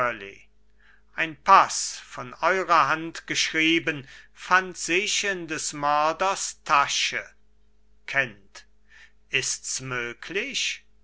ein paß von eurer hand geschrieben fand sich in des mörders tasche kent ist's möglich